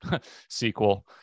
sequel